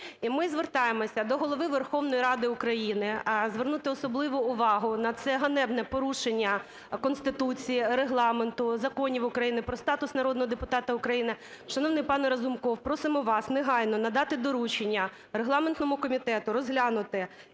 І ми звертаємося до Голови Верховної Ради України звернути особливу увагу на це ганебне порушення Конституції, Регламенту, законів України про статус народного депутата України. Шановний пане Разумков, просимо вас негайно надати доручення регламентному комітету розглянути